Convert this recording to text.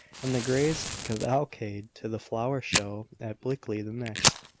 and the greys cavalcade to the flower-show at blickley the next.